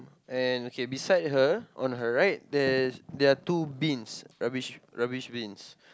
and okay beside her on her right there's there are two bins rubbish rubbish bins